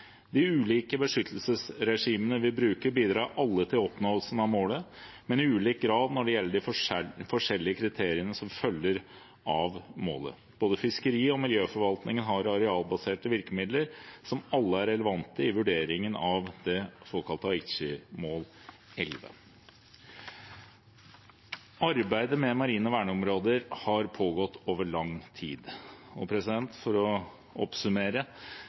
De ulike beskyttelsesregimene vi bruker, bidrar alle til oppnåelsen av målet, men i ulik grad når det gjelder de forskjellige kriteriene som følger av målet. Både fiskeri- og miljøforvaltningen har arealbaserte virkemidler som alle er relevante i vurderingen av det såkalte Aichimål 11. Arbeidet med marine verneområder har pågått over lang tid. For å oppsummere: